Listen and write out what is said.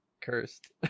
cursed